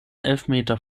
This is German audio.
elfmeter